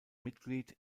mitglied